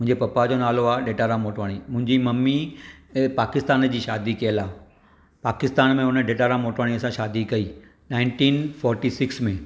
मुंहिंजे पपा जो नालो आहे डेटाराम मोटवाणी मुंहिंजी मम्मी पाकिस्तान जी शादी कयल आहे पाकिस्तान में हुन डेटाराम मोटवाणीअ सां शादी कई नाइन्टीन फौटी सिक्स में